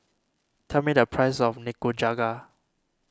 tell me the price of Nikujaga